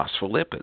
phospholipids